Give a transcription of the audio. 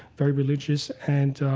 very religious. and